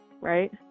right